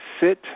Sit